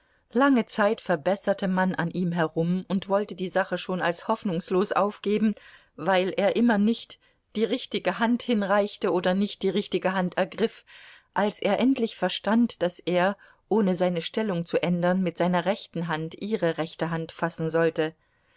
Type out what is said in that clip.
lange zeit verbesserte man an ihm herum und wollte die sache schon als hoffnungslos aufgeben weil er immer nicht die richtige hand hinreichte oder nicht die richtige hand ergriff als er endlich verstand daß er ohne seine stellung zu ändern mit seiner rechten hand ihre rechte hand fassen sollte